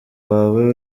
wawe